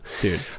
Dude